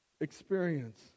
experience